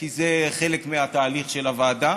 כי זה חלק מהתהליך של הוועדה,